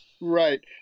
Right